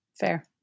Fair